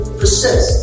persist